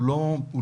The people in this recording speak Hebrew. הוא לא תחנה,